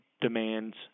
demands